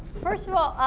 first of all,